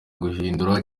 guhindura